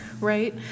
right